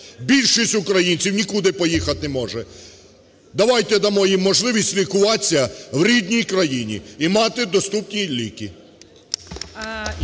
Більшість українців нікуди поїхати не може. Давайте дамо їм можливість лікуватися в рідній країні і мати доступні ліки.